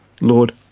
Lord